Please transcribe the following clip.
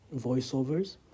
voiceovers